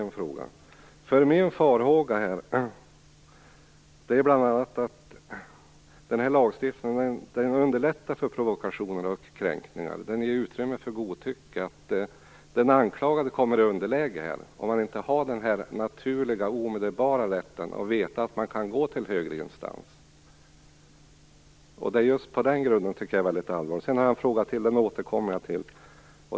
Mina farhågor gäller bl.a. att lagstiftningen underlättar provokationer och kränkningar. Den ger utrymme för godtycke. Den anklagade kommer i underläge när han eller hon inte har den naturliga omedelbara rätten att gå till högre instans. Just på den grunden tycker jag att detta är väldigt allvarligt. Jag har en fråga till, men den återkommer jag till.